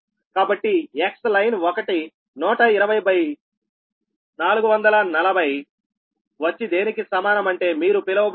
కాబట్టి Xline 1 12040 440వచ్చి దేనికి సమానం అంటే మీరు పిలవబడిన